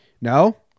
No